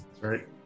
Right